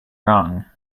wrong